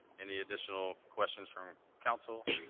any additional questions from council?